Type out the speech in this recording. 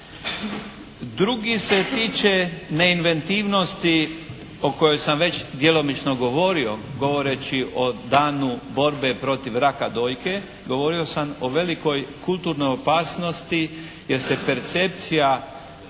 Drugi se tiče neinventivnosti o kojoj sam već djelomično govorio govoreći o Danu borbe protiv rada dojke. Govorio sam o velikoj kulturnoj opasnosti jer se percepcija